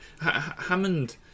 Hammond